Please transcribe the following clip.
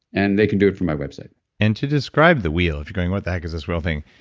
and they can do it from my website and to describe the wheel, if you're going, what the heck is this wheel thing,